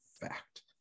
fact